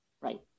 Right